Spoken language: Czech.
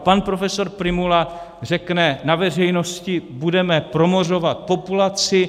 Pan profesor Prymula řekl na veřejnosti: budeme promořovat populaci.